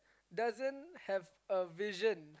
doesn't have a vision